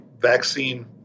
vaccine